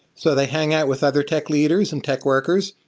so they hang out with other tech leaders and tech workers,